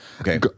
Okay